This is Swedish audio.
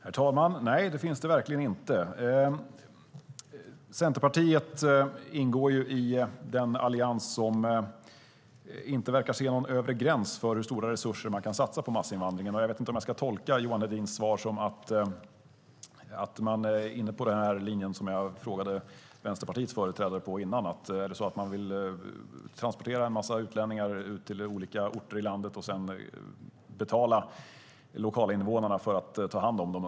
Herr talman! Nej, det finns det verkligen inte. Centerpartiet ingår ju i den allians som inte verkar se någon övre gräns för hur stora resurser man kan satsa på massinvandringen. Jag vet inte om jag ska tolka Johan Hedins svar som att man är inne på den linje som jag frågade Vänsterpartiets företrädare om tidigare, alltså om man vill transportera en massa utlänningar ut till olika orter i landet och sedan betala lokalinvånarna för att ta hand om dem.